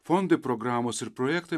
fondai programos ir projektai